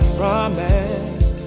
promise